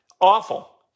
Awful